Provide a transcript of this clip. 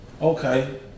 Okay